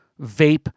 vape